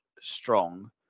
strong